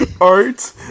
Art